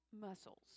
muscles